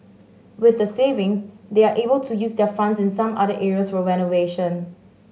with the savings they're able to use their funds in some other areas for renovation